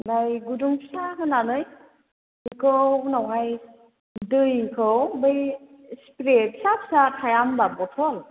आमफ्राय गुदुं फिसा होनानै बेखौ उनावहाय दैखौ बै स्प्रे फिसा फिसा थाया होमबा बथल